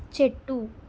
చెట్టు